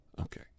Okay